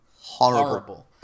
Horrible